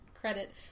credit